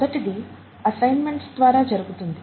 మొదటిది అసైన్మెంట్స్ ద్వారా జరుగుతుంది